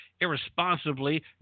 irresponsibly